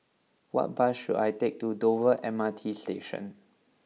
what bus should I take to Dover M R T Station